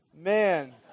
man